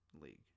league